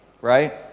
right